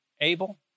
Abel